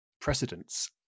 precedence